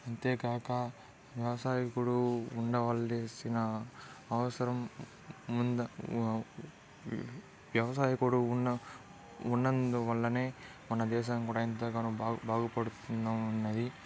అంతేకాక వ్యవసాయకుడు ఉండవలసిన అవసరం ముం వ్యవసాయకుడు ఉన్న ఉన్నందువళ్ళనే మన దేశం కూడా ఎంతగానో బాగు బాగుపడుకుండా ఉన్నది